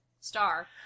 star